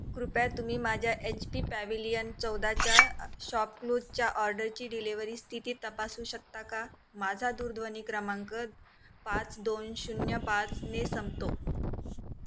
कृपया तुम्ही माझ्या एच पी पॅविलियन चौदाच्या शॉपक्लूजच्या ऑर्डरची डिलिव्हरी स्थिती तपासू शकता का माझा दुरध्वनी क्रमांक पाच दोन शून्य पाच ने संपतो